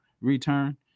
return